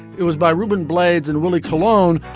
it was by ruben blades and willie cologne.